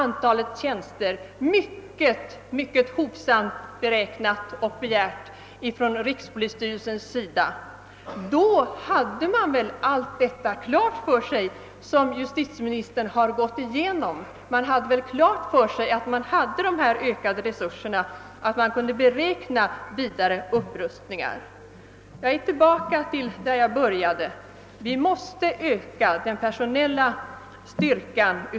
När rikspolisstyrelsen mycket hovsamt beräknade det slutliga antalet tjänster, hade man väl klart för sig allt det som justitieministern har gått igenom i fråga om ökade tekniska resurser. Jag är tillbaka där jag började: vi måste öka polisstyrkan.